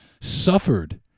suffered